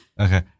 Okay